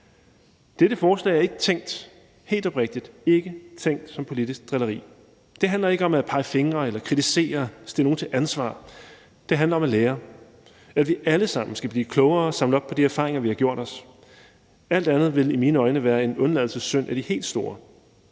helt oprigtigt ikke tænkt som politisk drilleri, og det handler ikke om at pege fingre, kritisere eller stille nogen til ansvar, men det handler om at lære, og at vi alle sammen skal blive klogere og samle op på de erfaringer, vi har gjort os. Alt andet ville i mine øjne være en af de helt store